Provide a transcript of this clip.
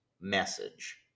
message